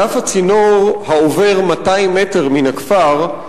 על אף הצינור העובר 200 מטר מן הכפר,